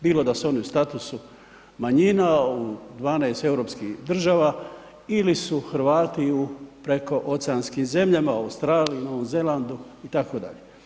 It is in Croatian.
Bilo da su oni u statusu manjina u 12 europskih država ili su Hrvati u prekooceanskim zemljama u Australiji, Novom Zelandu itd.